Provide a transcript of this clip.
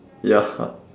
ya